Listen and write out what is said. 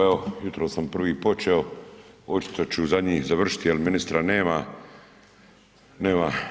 Evo, jutros sam prvi počeo, očito ću zadnji završiti jer ministra nema.